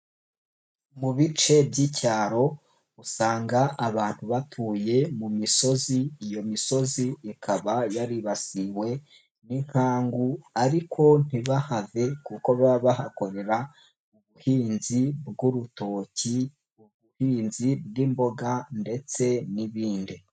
Mu bice by'icyaro usanga abantu batuye mu misozi, iyo misozi ikaba yaribasiwe n'inkangu ariko ntibahave kuko baba bahakorera ubuhinzi bw'urutoki, ubuhinzi bw'imboga ndetse n'ibindi.